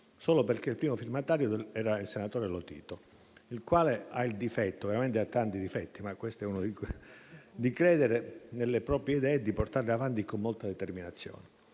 solo perché il primo firmatario era il senatore Lotito, il quale ha il difetto - veramente ne ha tanti - di credere nelle proprie idee e di portarle avanti con molta determinazione